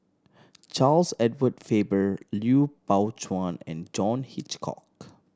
Charles Edward Faber Lui Pao Chuen and John Hitchcock